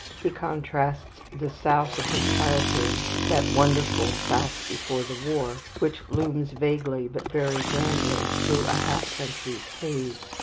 he contrasts the south of his childhood, that wonderful south before the war, which looms vaguely, but very grandly, through a half-century's haze,